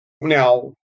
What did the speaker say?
Now